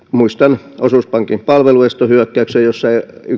muistan osuuspankin palvelunestohyökkäyksen josta